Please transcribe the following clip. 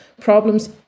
problems